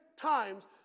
times